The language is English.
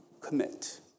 commit